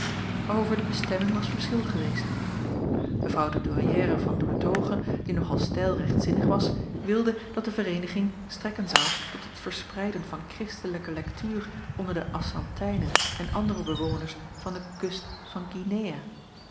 over de bestemming was verschil geweest mevrouw de douairière van doertoghe die nog al steil rechtzinnig was wilde dat de vereeniging strekken zou tot het verspreiden van kristelijke lektuur onder de ashantijnen en andere bewoners van de kust van guinea